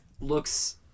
looks